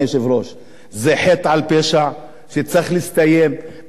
זה חטא על פשע שצריך להסתיים פעם אחת ולתמיד.